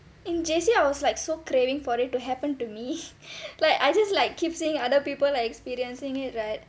in J_C I was like so craving for it to happen to me like I just like keep seeing other people like experiencing it right